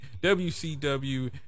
WCW